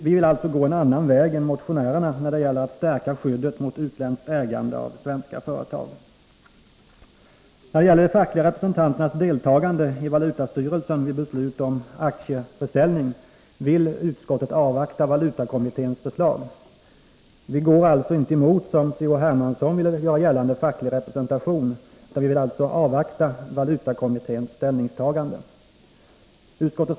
Vi vill alltså gå en annan väg än motionärerna när det gäller att stärka skyddet mot utländskt ägande av svenska företag. När det gäller de fackliga representanternas deltagande i valutastyrelsen vid beslut om aktieförsäljning vill utskottet avvakta valutakommitténs förslag. Vi går, C.-H. Hermansson, alltså inte emot facklig representation, utan vi vill avvakta valutakommitténs ställningstagande.